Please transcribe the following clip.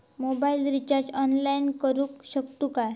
Mobile recharge online करुक शकतू काय?